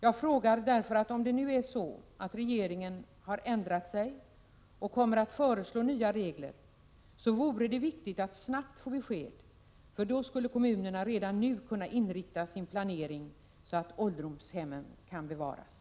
Jag frågar därför att om det är så att regeringen har ändrat sig och kommer att föreslå nya regler, så vore det viktigt att snabbt få besked. Då skulle nämligen kommunerna redan nu kunna inrikta sin planering, så att ålderdomshemmen kan bevaras.